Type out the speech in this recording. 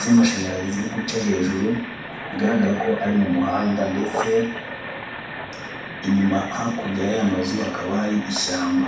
z'amashanyarazi ziri guca hejuru bigaragara ko ari mu muhanda ndetse inyuma hakurya y'aya mazu hakaba hari ishyamba.